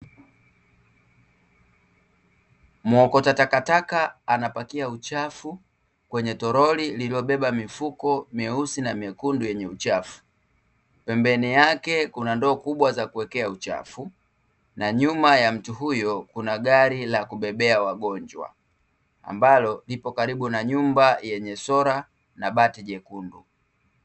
Muokota takataka anapakia uchafu kwenye toroli lililobeba mifuko myeusi na myekundu yenye uchafu, pembeni yake kuna ndoo kubwa za kuwekea uchafu, na nyuma ya mtu huyo kuna gari la wa kubebea wagonjwa, ambalo lipo karibu na nyumba yenye sola na bati jekundu.